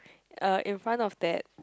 uh in front of that